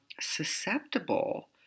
susceptible